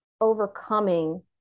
overcoming